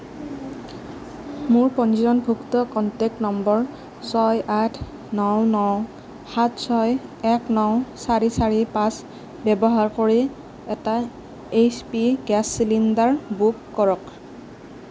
মোৰ পঞ্জীয়নভুক্ত contact number ছয় আঠ ন ন সাত ছয় এক ন চাৰি চাৰি পাঁচ ব্যৱহাৰ কৰি এটা H P gas cylinder book কৰক